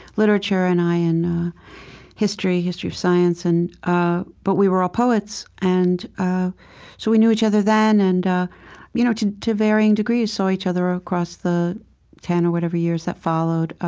literature, and i in history history of science. and ah but we were all poets. and ah so we knew each other then, and you know to to varying degrees saw each other across the ten or whatever years that followed,